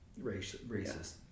racist